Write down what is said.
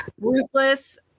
ruthless